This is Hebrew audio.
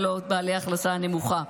ולא בעלי הכנסה נמוכה.